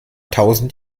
tausend